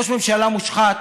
ראש ממשלה מושחת